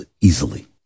Easily